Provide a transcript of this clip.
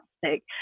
fantastic